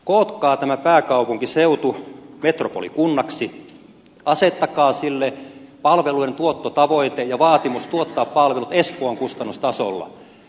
kootkaa tämä pääkaupunkiseutu metropolikunnaksi asettakaa sille palveluiden tuottotavoite ja vaatimus tuottaa palvelut espoon kustannustasolla